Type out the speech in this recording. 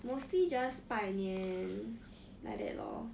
mostly just 拜年 like that lor